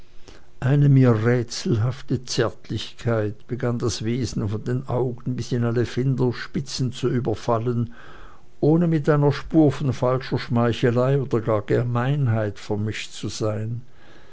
eine mir rätselhafte zärtlichkeit begann das wesen von den augen bis in alle fingerspitzen zu überwallen ohne mit einer spur von falscher schmeichelei oder gar gemeinheit vermischt zu sein